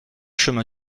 chemin